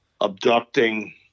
abducting